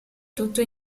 tutto